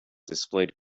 displayed